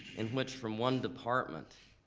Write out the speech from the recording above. in which from one department,